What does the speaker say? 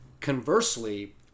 Conversely